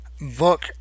book